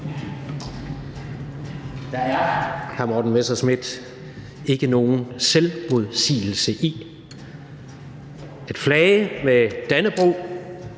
der er, hr. Morten Messerschmidt, ikke nogen selvmodsigelse i at flage med Dannebrog,